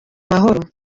amahoro